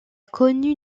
connu